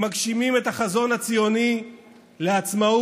הם מגשימים את החזון הציוני לעצמאות